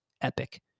epic